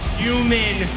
human